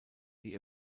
die